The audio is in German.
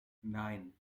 nein